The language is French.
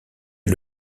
est